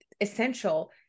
essential